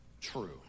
true